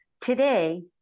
Today